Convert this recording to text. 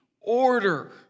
order